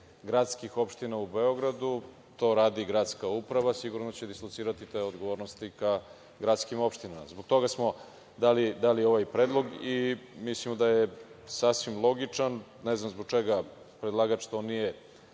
gradskih opština u Beogradu to radi Gradska uprava. Sigurno će dislocirati te odgovornosti ka gradskim opštinama. Zbog toga smo dali ovaj predlog i mislimo da je sasvim logičan. Ne znam zbog čega predlagač to nije